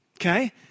Okay